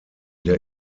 der